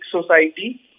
society